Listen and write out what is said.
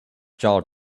jaw